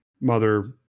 mother